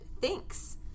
thanks